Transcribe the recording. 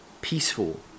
peaceful